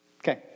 Okay